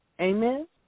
Amen